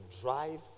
drive